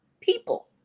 people